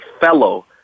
fellow